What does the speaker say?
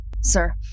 sir